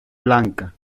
blanca